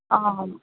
অঁ